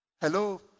Hello